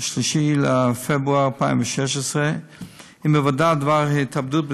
3 בפברואר 2016. עם היוודע דבר ההתאבדות,